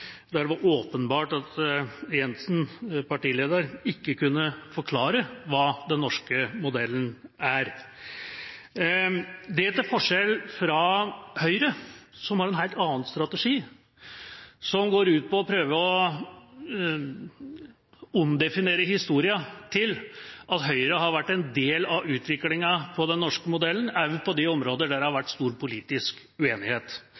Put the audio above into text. der det var åpenbart at partileder Jensen ikke kunne forklare hva den norske modellen er. Det til forskjell fra Høyre, som har en helt annen strategi, som går ut på å prøve å omdefinere historien til at Høyre har vært en del av utviklinga av den norske modellen, også på de områder der det har vært stor politisk uenighet.